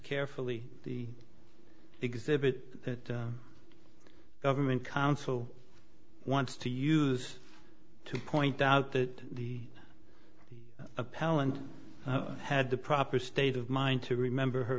carefully the exhibit that the government counsel wants to use to point out that the appellant had the proper state of mind to remember her